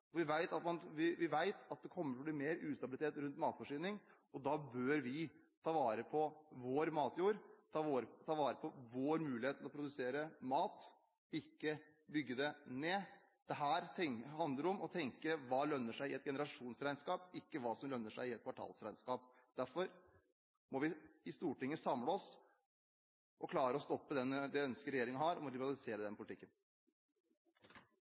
bli mer ustabilitet rundt matforsyning, og da bør vi ta vare på vår matjord og vår mulighet til å produsere mat, ikke bygge den ned. Dette handler om å tenke på hva som lønner seg i et generasjonsregnskap, ikke hva som lønner seg i et kvartalsregnskap. Derfor må vi samle oss i Stortinget og klare å stoppe det ønsket regjeringen har om å liberalisere den politikken.